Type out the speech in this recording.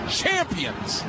champions